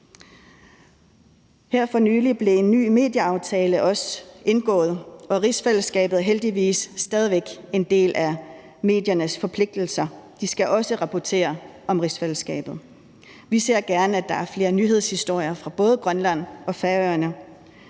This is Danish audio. Her for nylig blev en ny medieaftale indgået, og rigsfællesskabet er heldigvis stadig væk en del af mediernes forpligtelser. De skal også rapportere om rigsfællesskabet. Vi ser gerne, at der er flere nyhedshistorier fra både Grønland og Færøerne.